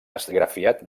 esgrafiat